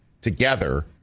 together